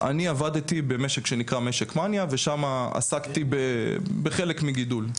אני עבדתי במשק שנקרא משק מניה ושם עסקתי בחלק מגידול.